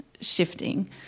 shifting